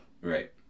Right